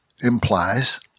implies